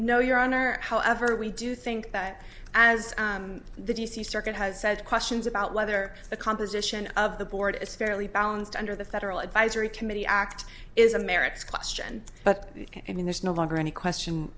no your honor however we do think that as the d c circuit has said questions about whether the composition of the board is fairly balanced under the federal advisory committee act is a merits question but i mean there's no longer any question